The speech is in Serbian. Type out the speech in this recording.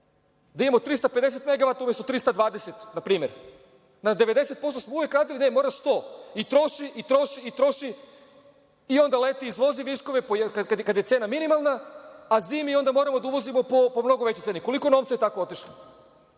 Da imamo 350 megavata, umesto 320, na primer. Na 90% smo uvek radili, ne mora sto i troši, troši i troši. I onda leti izvozi viškove, kada je cena minimalna, a zimi onda moramo da uvozimo po mnogo većoj ceni. Koliko je novca tako otišlo?